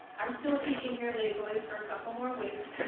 i'm still teaching here legally for a couple more weeks.